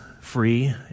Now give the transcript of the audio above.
free